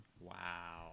Wow